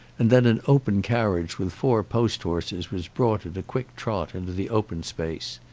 and then an open carriage with four post-horses was brought at a quick trot into the open space.